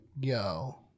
yo